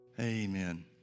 amen